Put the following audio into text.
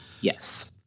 Yes